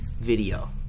video